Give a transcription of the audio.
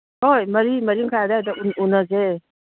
ꯍꯣꯏ ꯃꯔꯤ ꯃꯔꯤ ꯃꯈꯥꯏ ꯑꯗꯨꯋꯥꯏꯗ ꯎꯅꯁꯦ